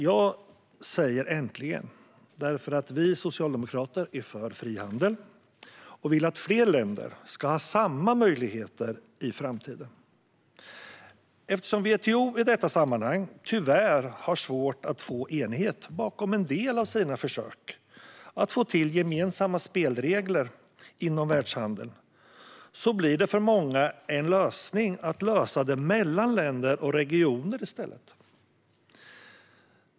Jag säger äntligen också därför att vi socialdemokrater är för frihandel och vill att fler länder ska ha samma möjligheter i framtiden. Eftersom WTO i detta sammanhang tyvärr har svårt att få enighet bakom en del av sina försök att få till gemensamma spelregler inom världshandeln blir det för många en lösning att lösa det mellan länder och regioner i stället.